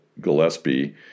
Gillespie